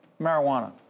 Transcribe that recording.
Marijuana